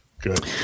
Good